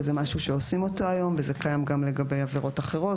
וזה משהו שעושים אותו היום וזה קיים גם לגבי עבירות אחרות,